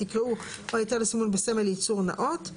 יקראו "או היתר לסימון בסמל ייצור נאות";